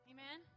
Amen